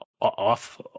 off